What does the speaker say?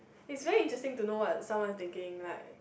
is very interesting to know what someone is thinking like